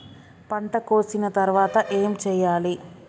పంట కోసిన తర్వాత ఏం చెయ్యాలి?